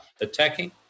attacking